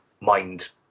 mind